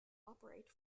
operate